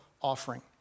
offering